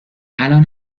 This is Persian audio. الان